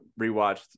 rewatched